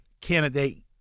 candidate